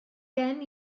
gen